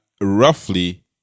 roughly